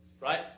Right